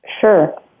Sure